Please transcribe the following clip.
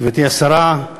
גברתי השרה,